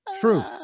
True